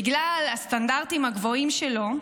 בגלל הסטנדרטים הגבוהים שלו,